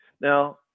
Now